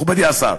מכובדי השר.